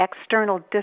external